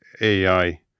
AI